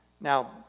Now